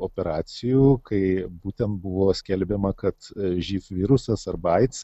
operacijų kai būtent buvo skelbiama kad živ virusas arba aids